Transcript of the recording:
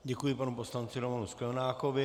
Děkuji panu poslanci Romanu Sklenákovi.